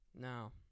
Now